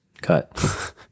cut